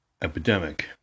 epidemic